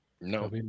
No